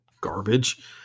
garbage